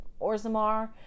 Orzammar